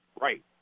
Right